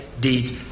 deeds